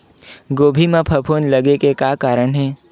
गोभी म फफूंद लगे के का कारण हे?